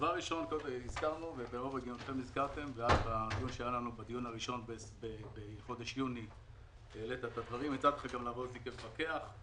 בדיון הראשון שהיה לנו בחודש יוני הצעתי לך לעבור על זה כמפקח.